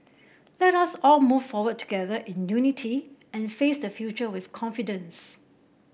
let us all move forward together in unity and face the future with confidence